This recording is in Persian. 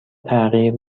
تغییر